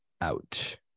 out